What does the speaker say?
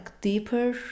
deeper